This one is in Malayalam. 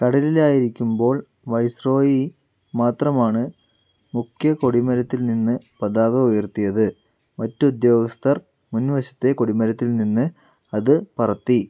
കടലിലായിരിക്കുമ്പോൾ വൈസ്രോയി മാത്രമാണ് മുഖ്യ കൊടിമരത്തില് നിന്ന് പതാക ഉയർത്തിയത് മറ്റ് ഉദ്യോഗസ്ഥർ മുന്വശത്തെ കൊടിമരത്തില് നിന്ന് അത് പറത്തി